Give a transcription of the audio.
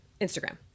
Instagram